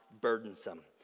burdensome